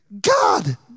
God